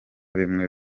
bimwe